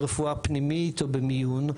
ברפואה פנימית או במיון,